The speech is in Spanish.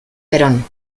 perón